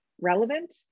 relevant